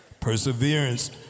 Perseverance